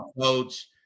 coach